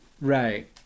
Right